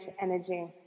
energy